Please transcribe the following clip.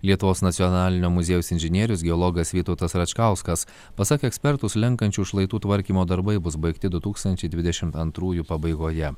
lietuvos nacionalinio muziejaus inžinierius geologas vytautas račkauskas pasak ekspertų slenkančių šlaitų tvarkymo darbai bus baigti du tūkstančiai dvidešimt antrųjų pabaigoje